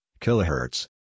kilohertz